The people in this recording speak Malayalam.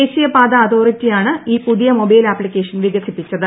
ദേശീയപാത അതോറിറ്റി ആണ് ഈ പുതിയ മൊബൈൽ ആപ്സിക്കേഷൻ വികസിപ്പിച്ചത്